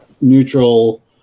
neutral